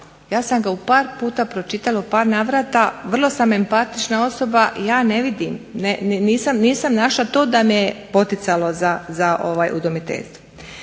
Ja sam ga par puta pročitala, u par navrata, vrlo sam empatična osoba ja ne vidim, nisam našla to da me je poticalo za udomiteljstvo.